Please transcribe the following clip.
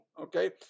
Okay